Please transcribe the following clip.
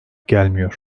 gelmiyor